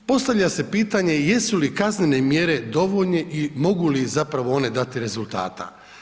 Postavlja se pitanje, jesu li kaznen mjere dovoljne i mogu li zapravo one dati rezultata.